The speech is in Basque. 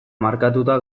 markatuta